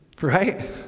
Right